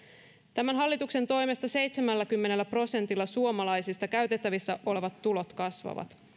tämän hallituksen toimesta seitsemälläkymmenellä prosentilla suomalaisista käytettävissä olevat tulot kasvavat